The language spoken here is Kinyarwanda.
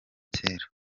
cyera